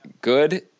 good